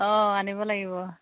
অ আনিব লাগিব